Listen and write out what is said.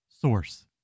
Source